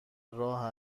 راه